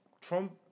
Trump